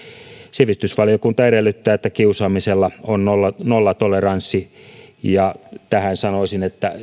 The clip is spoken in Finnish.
sivistysvaliokunta edellyttää että kiusaamisella on nollatoleranssi ja tähän sanoisin että